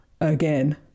again